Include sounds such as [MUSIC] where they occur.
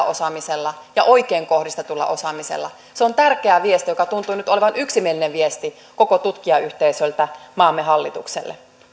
[UNINTELLIGIBLE] osaamisella ja oikein kohdistetulla osaamisella se on tärkeä viesti joka tuntui nyt olevan yksimielinen viesti koko tutkijayhteisöltä maamme hallitukselle